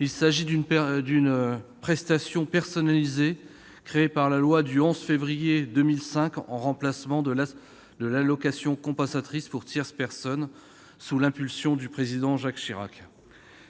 Il s'agit d'une prestation personnalisée créée par la loi du 11 février 2005 en remplacement de l'allocation compensatrice pour tierce personne, sous l'impulsion du Président Jacques Chirac.